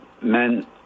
men